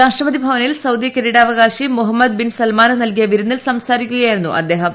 രാഷ്ട്രപതി ഭവനിൽ സൌദി കിരീടാവകാശി മുഹമ്മദ് ബിൻ സൽമാന് നല്കിയ വിരുന്നിൽ സംസാരിക്കുകയായിരുന്നു അദ്ദേഹം